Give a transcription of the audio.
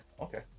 Okay